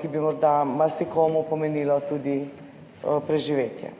ki bi morda marsikomu pomenilo tudi preživetje?